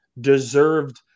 deserved